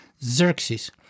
Xerxes